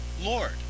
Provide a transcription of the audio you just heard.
Lord